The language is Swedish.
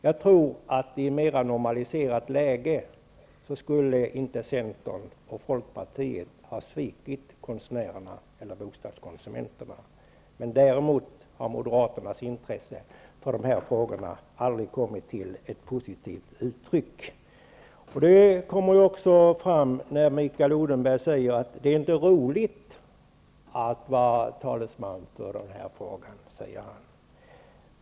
Jag tror att i ett mera normaliserat läge skulle inte Centern och Folkpartiet ha svikit konstnärerna eller bostadskonsumenterna. Däremot har Moderaternas intresse för de här frågorna aldrig kommit till ett postitivt uttryck. Det kommer också fram när Mikael Odenberg säger att det inte är roligt att vara talesman i den här frågan.